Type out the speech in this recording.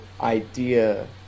idea